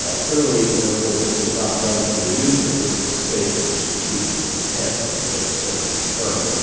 ah clearly, therefore, this was not done for amusement. this is a statement of strategic intent as they have since confirmed,